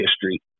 history